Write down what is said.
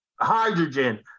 hydrogen